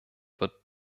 wird